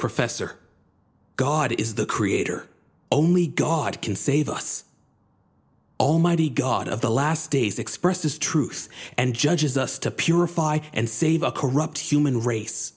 professor god is the creator only god can save us all mighty god of the last days expressed as truth and judges us to purify and save a corrupt human race